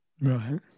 Right